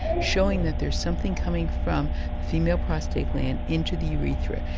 showing that there's something coming from the female prostate gland into the urethra.